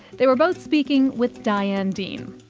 they were both speaking with diane dean.